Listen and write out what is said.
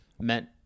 meant